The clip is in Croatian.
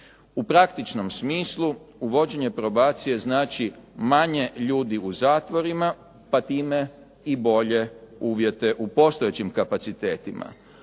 U praktičnom smislu uvođenje probacije znači manje ljudi u zatvorima pa time i bolje uvjete u postojećim kapacitetima.